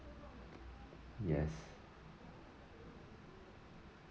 yes